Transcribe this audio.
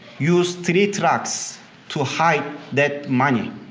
used three trucks to hide that money,